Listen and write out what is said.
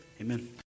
Amen